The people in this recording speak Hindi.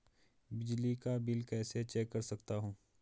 बिजली का बिल कैसे चेक कर सकता हूँ?